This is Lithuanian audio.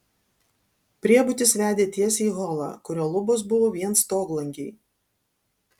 priebutis vedė tiesiai į holą kurio lubos buvo vien stoglangiai